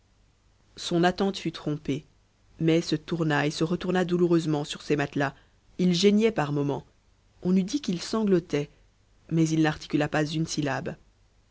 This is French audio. son attente fut trompée mai se tourna et se retourna douloureusement sur ses matelas il geignit par moments on eût dit qu'il sanglotait mais il n'articula pas une syllabe